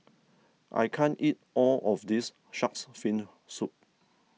I can't eat all of this Shark's Fin Soup